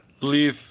leave